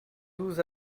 douze